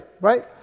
right